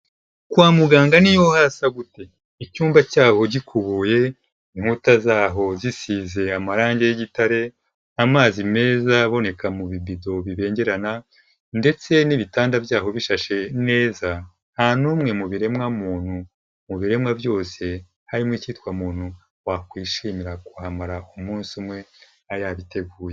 Kwa muganga niyo hasa gute icyumba cyabo gikubuye, inkuta zaho gisize amarangi y'igitare, amazi meza aboneka mu bidido bibengerana ndetse n'ibitanda byabo bishashe neza, nta n'umwe mu biremwa muntu, mu biremwa byose harimo ikitwa umuntu wakwishimira kuhamara umunsi umwe yabiteguye.